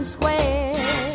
Square